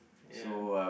ya